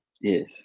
yes